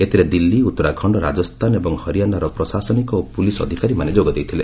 ଏଥିରେ ଦିଲ୍ଲୀ ଉତ୍ତରାଖଣ୍ଡ ରାଜସ୍ଥାନ ଏବଂ ହରିୟାଣାର ପ୍ରଶାସନିକ ଓ ପୁଲିସ୍ ଅଧିକାରୁମାନେ ଯୋଗ ଦେଇଥିଲେ